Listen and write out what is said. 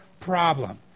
problem